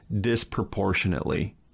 disproportionately